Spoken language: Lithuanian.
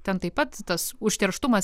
ten taip pat tas užterštumas